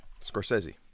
Scorsese